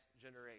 generation